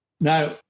Now